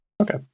Okay